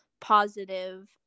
positive